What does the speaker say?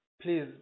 Please